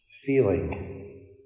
feeling